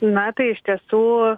na tai iš tiesų